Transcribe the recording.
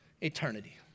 eternity